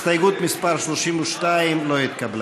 הסתייגות מס' 32 לא התקבלה.